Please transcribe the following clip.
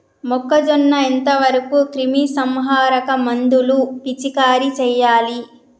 మొక్కజొన్న ఎంత వరకు క్రిమిసంహారక మందులు పిచికారీ చేయాలి?